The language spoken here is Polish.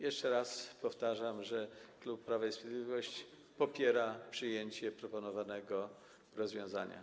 Jeszcze raz powtarzam, że klub Prawo i Sprawiedliwość popiera przyjęcie proponowanego rozwiązania.